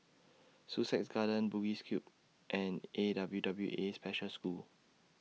Sussex Garden Bugis Cube and A W W A Special School